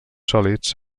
sòlids